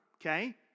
okay